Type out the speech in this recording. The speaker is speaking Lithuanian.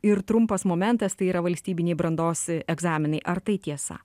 ir trumpas momentas tai yra valstybiniai brandos egzaminai ar tai tiesa